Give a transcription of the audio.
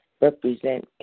represent